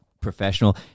professional